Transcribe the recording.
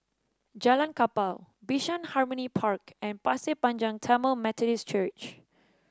Jalan Kapal Bishan Harmony Park and Pasir Panjang Tamil Methodist Church